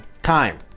Time